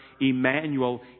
Emmanuel